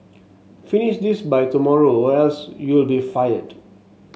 finish this by tomorrow or else you'll be fired